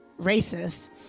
racist